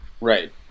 Right